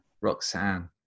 roxanne